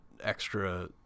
extra